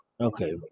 Okay